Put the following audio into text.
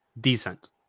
decent